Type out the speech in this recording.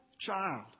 child